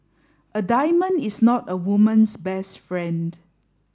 a diamond is not a woman's best friend